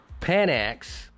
Panax